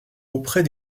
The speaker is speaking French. auprès